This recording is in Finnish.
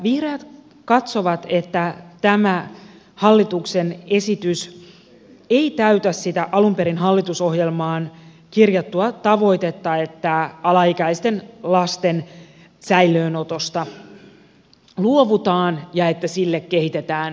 vihreät katsovat että tämä hallituksen esitys ei täytä sitä alun perin hallitusohjelmaan kirjattua tavoitetta että alaikäisten lasten säilöönotosta luovutaan ja että sille kehitetään vaihtoehtoja